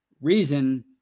reason